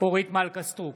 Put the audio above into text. אורית מלכה סטרוק,